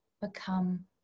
become